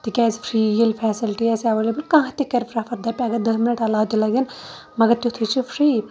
تکیازِ فری ییٚلہِ فیسَلٹی آسہِ ایویلیبٕل کانٛہہ تہِ کَرِ پرٛفَر دَپہِ اَگَر داہ مِنَٹ عَلاوٕ تہِ لَگَن مَگَر تیُتھٕے چھِ فری